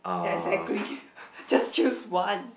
exactly just choose one